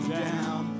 down